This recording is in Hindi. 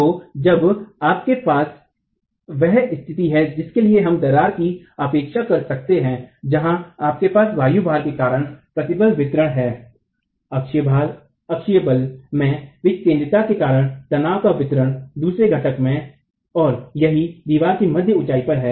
तो अब आपके पास वह स्थिति है जिसके लिए हम दरार की अपेक्षा कर सकते हैं जहां आपके पास वायु भार के कारण प्रतिबल वितरण है अक्षीय बल में विकेद्र्ता के कारण तनाव का वितरण दूसरा घटक और यह दीवार की मध्य ऊंचाई पर है